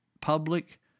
public